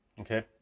Okay